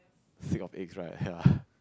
sick of egg right ya